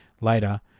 Later